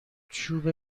چوب